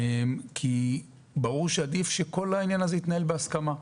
כי ברור שעדיף שכל העניין הזה יתנהל בהסכמה,